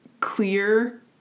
clear